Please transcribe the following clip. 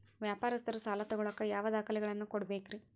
ವ್ಯಾಪಾರಸ್ಥರು ಸಾಲ ತಗೋಳಾಕ್ ಯಾವ ದಾಖಲೆಗಳನ್ನ ಕೊಡಬೇಕ್ರಿ?